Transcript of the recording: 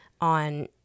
on